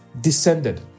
descended